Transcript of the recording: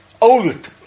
old